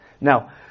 Now